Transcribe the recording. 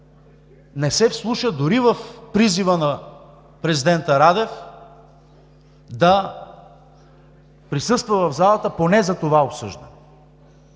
не се вслуша дори в призива на президента Радев да присъства в залата поне за това обсъждане,